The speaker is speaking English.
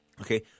Okay